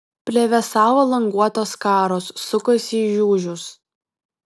plevėsavo languotos skaros sukosi į žiužius